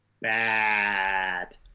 bad